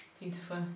Beautiful